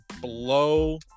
blow